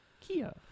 Kia